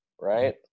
right